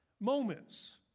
moments